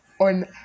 on